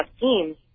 teams